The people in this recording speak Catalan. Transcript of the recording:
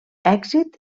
èxit